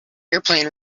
airplane